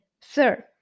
Sir